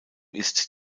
ist